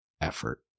effort